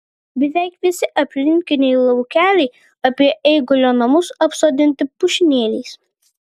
beveik visi aplinkiniai laukeliai apie eigulio namus apsodinti pušynėliais